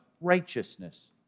righteousness